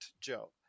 Joe